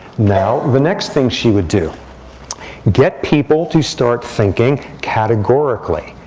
now the next thing she would do get people to start thinking categorically.